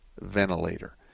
ventilator